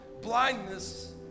blindness